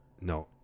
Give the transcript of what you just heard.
No